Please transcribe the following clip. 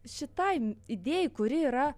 šitai idėjai kuri yra